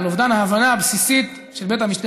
ועל אובדן ההבנה הבסיסית של בית המשפט